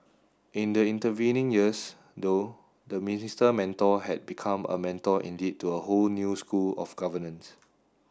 in the intervening years though the Minister Mentor had become a mentor indeed to a whole new school of governance